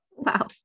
Wow